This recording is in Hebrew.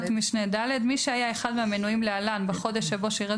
"(ד)מי שהיה אחד מהמנויים להלן בחודש שבו שירת